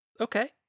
Okay